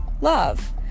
love